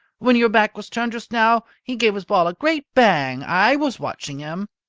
when your back was turned just now, he gave his ball a great bang. i was watching him.